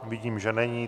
Vidím, že není.